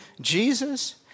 Jesus